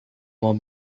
mau